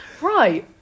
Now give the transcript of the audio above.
Right